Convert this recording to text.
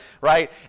Right